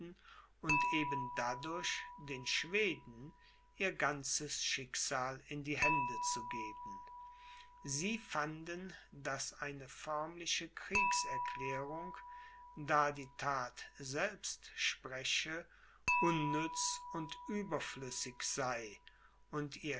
und eben dadurch den schweden ihr ganzes schicksal in die hände zu geben sie fanden daß eine förmliche kriegserklärung da die that selbst spreche unnütz und überflüssig sei und